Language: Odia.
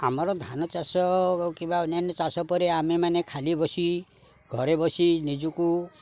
ଆମର ଧାନ ଚାଷ କିମ୍ବା ଅନ୍ୟାନ୍ୟ ଚାଷ ପରେ ଆମେମାନେ ଖାଲି ବସି ଘରେ ବସି ନିଜକୁ